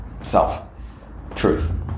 self-truth